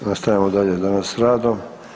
Nastavljamo dalje danas sa radom.